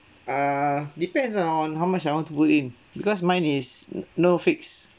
err depends uh on how much I want to put in because mine is no fix